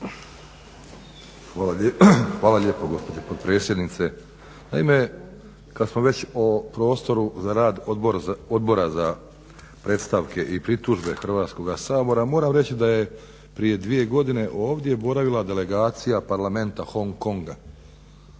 Hvala lijepo gospođo potpredsjednice. Naime, kada smo već o prostoru za rad Odbora za predstavke i pritužbe Hrvatskoga sabora moram reći da je prije 2 godine ovdje boravila delegacija Parlamenta Hong Konga.